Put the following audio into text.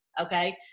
Okay